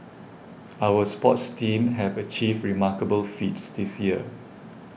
our sports teams have achieved remarkable feats this year